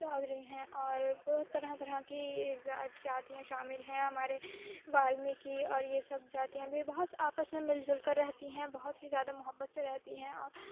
چودھری ہیں اور طرح طرح کی جاتیاں شامل ہیں ہمارے والمکی اور یہ سب جاتیاں بھی بہت آپس میں مل جل کر رہتی ہیں بہت ہی زیادہ محبت سے رہتی ہیں اور